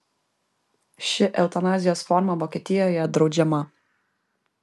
ši eutanazijos forma vokietijoje draudžiama